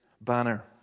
banner